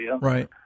Right